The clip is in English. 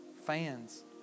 Fans